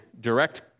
direct